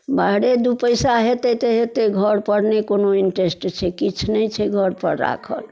बाहरे दू पैसा होयतै तऽ होयतै घर पर नहि कोनो इंट्रेस्ट छै किछु नहि छै घर पर राखल